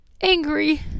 angry